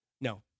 No